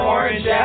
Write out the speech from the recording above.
Orange